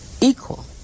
equal